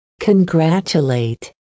Congratulate